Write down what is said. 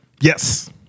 yes